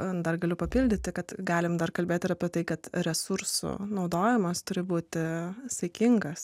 dar galiu papildyti kad galime dar kalbėti apie tai kad resursų naudojimas turi būti saikingas